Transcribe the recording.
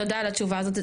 תודה על התשובה הזאת,